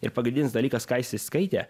ir pagrindinis dalykas ką jis skaitė